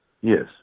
Yes